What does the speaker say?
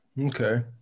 Okay